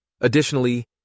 Additionally